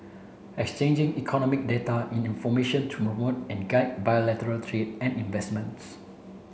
exchanging economic data and information to promote and guide bilateral trade and investments